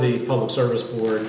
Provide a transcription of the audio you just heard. the public service or